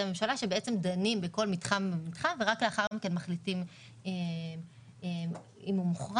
הממשלה שדנים בכל מתחם ומתחם ורק לאחר מכן מחליטים אם הוא מוכר.